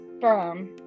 firm